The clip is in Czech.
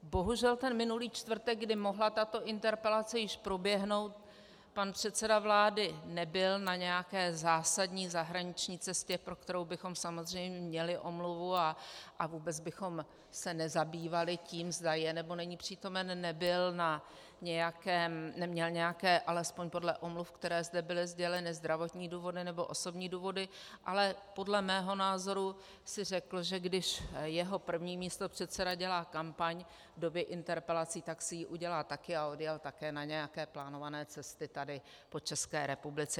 Bohužel minulý čtvrtek, kdy mohla tato interpelace již proběhnout, pan předseda vlády nebyl na nějaké zásadní zahraniční cestě, pro kterou bychom samozřejmě měli omluvu, a vůbec bychom se nezabývali tím, zda je, nebo není přítomen, neměl nějaké alespoň podle omluv které zde byly sděleny zdravotní důvody nebo osobní důvody, ale podle mého názoru si řekl, že když jeho první místopředseda dělá kampaň v době interpelací, tak si ji udělá také, a odjel také na nějaké plánované cesty tady po České republice.